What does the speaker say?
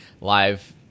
live